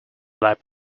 lab